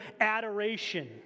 adoration